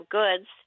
goods